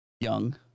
Young